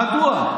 מדוע?